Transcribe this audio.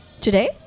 today